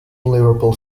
liverpool